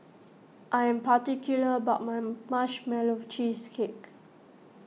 I am particular about my Marshmallow Cheesecake